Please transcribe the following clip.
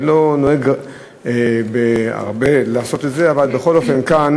אני לא נוהג לעשות את זה הרבה, אבל בכל אופן כאן